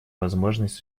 возможность